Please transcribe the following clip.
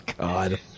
God